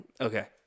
Okay